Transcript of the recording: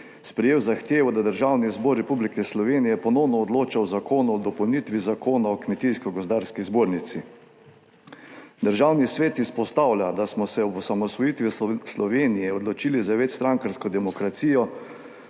sprejel zahtevo, da Državni zbor Republike Slovenije ponovno odloča o Zakonu o dopolnitvi Zakona o Kmetijsko gozdarski zbornici. Državni svet izpostavlja, da smo se ob osamosvojitvi Slovenije odločili za večstrankarsko demokracijo,